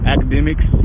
Academics